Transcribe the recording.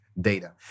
data